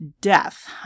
death